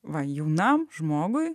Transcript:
va jaunam žmogui